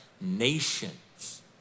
nations